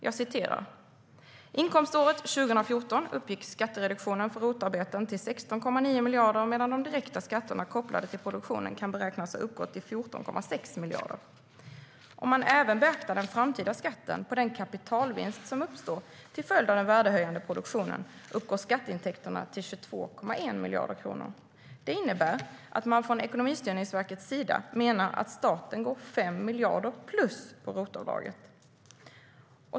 Jag citerar: "Inkomståret 2014 uppgick skattereduktionen för ROT-arbeten till 16,9 miljarder kronor medan de direkta skatterna kopplade till produktionen kan beräknas ha uppgått till 14,6 miljarder kronor. Om man även beaktar den framtida skatten på den kapitalvinst som uppstår till följd av den värdehöjande produktionen, uppgår skatteintäkterna till 22,1 miljarder kronor." Det innebär att man från Ekonomistyrningsverkets sida menar att staten går 5 miljarder plus på ROT-avdraget.